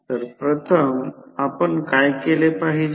तर प्रथम आपण काय केले पाहिजे